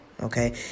okay